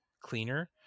cleaner